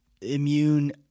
immune